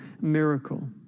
miracle